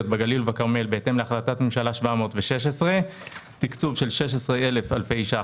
בגליל ובכרמל בהתאם להחלטת ממשלה 716. תקצוב של 16 אלף אלפי שקלים